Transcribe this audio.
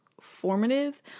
formative